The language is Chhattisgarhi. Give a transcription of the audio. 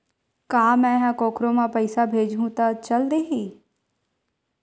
का मै ह कोखरो म पईसा भेजहु त चल देही?